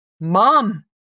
Mom